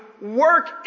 work